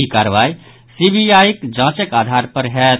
ई कार्रवाई सीबीआईक जांचक आधार पर होयत